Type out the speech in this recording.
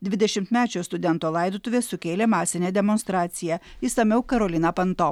dvidešimtmečio studento laidotuvės sukėlė masinę demonstraciją išsamiau karolina panto